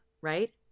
right